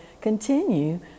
continue